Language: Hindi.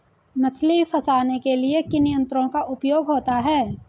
मछली फंसाने के लिए किन यंत्रों का उपयोग होता है?